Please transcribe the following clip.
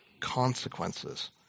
consequences